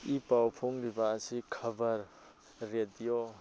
E ꯄꯥꯎ ꯐꯣꯡꯂꯤꯕ ꯑꯁꯤ ꯈꯕꯔ ꯔꯦꯗꯤꯑꯣ